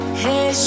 hey